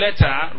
letter